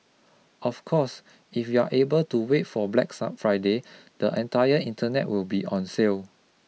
of course if you are able to wait for Black Friday the entire internet will be on sale